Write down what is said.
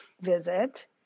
visit